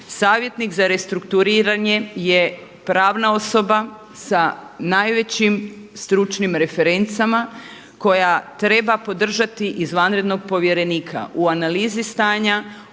Savjetnik za restrukturiranje je pravna osoba sa najvećim stručnim referencama koja treba podržati izvanrednog povjerenika u analizi stanja, utvrđivanju